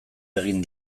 egin